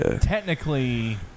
Technically